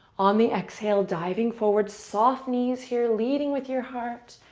on the exhale, diving forward, soft knees here, leading with your heart.